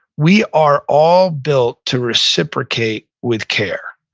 we are all built to reciprocate with care.